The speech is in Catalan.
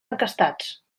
encastats